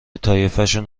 طایفشون